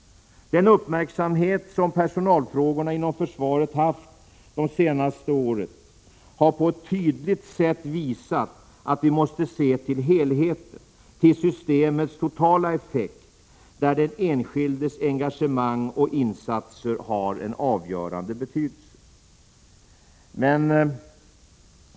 1986/87:133 personalfrågorna inom försvaret fått det senaste året har på ett tydligt sätt — 1 juni 1987 visat att vi måste se till helheten, till systemens totala effekt, där den enskildes engagemang och insatser har en avgörande betydelse.